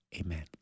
Amen